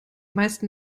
meisten